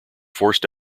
forced